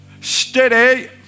Steady